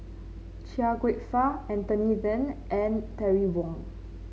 Chia Kwek Fah Anthony Then and Terry Wong